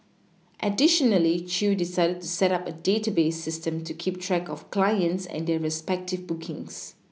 additionally Chew decided to set up a database system to keep track of clients and their respective bookings